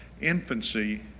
infancy